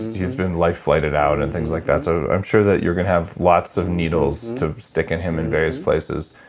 he's been life-flighted out and things like that. so i'm sure that you're going to have lots of needles to stick in him in various places.